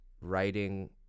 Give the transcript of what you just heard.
writing